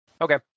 Okay